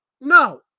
No